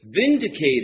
vindicated